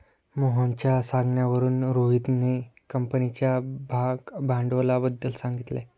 मोहनच्या सांगण्यावरून रोहितने कंपनीच्या भागभांडवलाबद्दल सांगितले